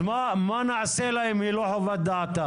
אז מה נעשה לה אם היא לא חיוותה את דעתה?